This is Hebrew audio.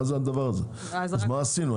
מה עשינו בזה,